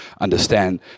understand